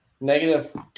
negative